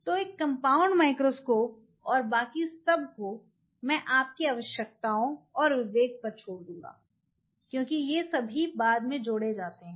तो देखें समय 1217 एक कंपाउंड माइक्रोस्कोप और बाकि सब को मैं आपकी आवश्यकताओं और विवेक पर छोड़ दूंगा क्योंकि ये सभी बाद में जोड़े जाते हैं